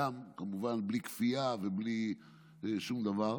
כמובן בלי כפייה ובלי שום דבר.